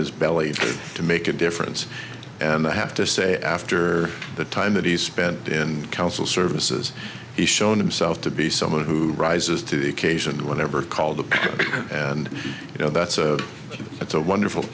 his belly to make a difference and i have to say after the time that he spent in council services he's shown himself to be someone who rises to the occasion whenever called ok and you know that's it's a wonderful